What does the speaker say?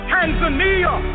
Tanzania